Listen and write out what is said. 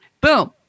Boom